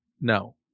No